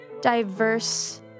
diverse